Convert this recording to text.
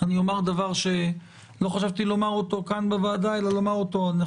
אני אומר דבר שלא חשבתי לומר אותו כאן בוועדה: אנחנו